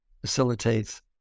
facilitates